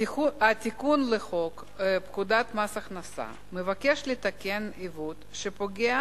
התיקון לפקודת מס הכנסה מבקש לתקן עיוות שפוגע